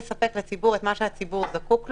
לספק לציבור את מה שהציבור זקוק לו,